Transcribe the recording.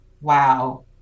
Wow